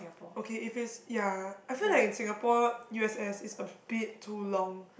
okay if it's ya I feel like in Singapore u_s_s is a bit too long